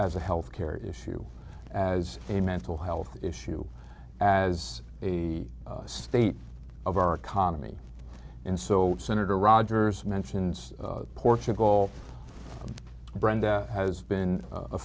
as a health care issue as a mental health issue as the state of our economy and so senator rogers mentions portugal brenda has been a